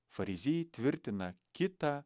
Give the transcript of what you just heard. fariziejai tvirtina kitą